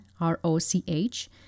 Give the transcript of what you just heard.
R-O-C-H